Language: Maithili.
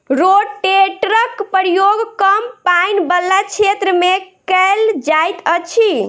रोटेटरक प्रयोग कम पाइन बला क्षेत्र मे कयल जाइत अछि